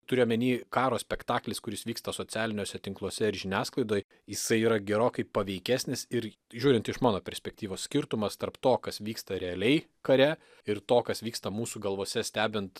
turiu omeny karo spektaklis kuris vyksta socialiniuose tinkluose ir žiniasklaidoj jisai yra gerokai paveikesnis ir žiūrint iš mano perspektyvos skirtumas tarp to kas vyksta realiai kare ir to kas vyksta mūsų galvose stebint